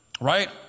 right